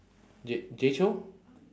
jay jay chou